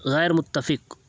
غیر متفق